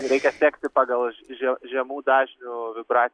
reikia sekti pagal že žemų dažnių vibraciją